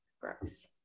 Gross